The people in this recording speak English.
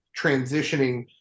transitioning